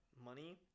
money